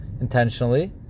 intentionally